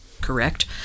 correct